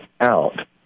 out